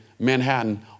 Manhattan